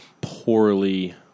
poorly